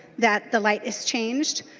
that the light is changed.